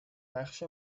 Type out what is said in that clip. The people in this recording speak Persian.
بخش